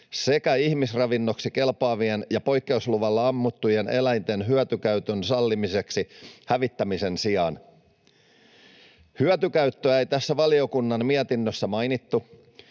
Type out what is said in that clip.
sekä ihmisravinnoksi kelpaavien ja poikkeusluvalla ammuttujen eläinten hyötykäytön sallimiseksi hävittämisen sijaan. Hyötykäyttöä ei tässä valiokunnan mietinnössä mainittu,